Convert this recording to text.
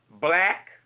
Black